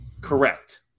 Correct